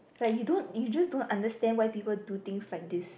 like you don't you just don't understand why people do things like this